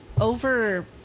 over